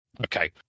Okay